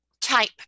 type